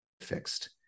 fixed